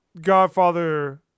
Godfather